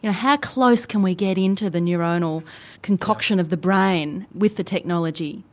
you know how close can we get into the neuronal concoction of the brain with the technology?